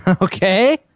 Okay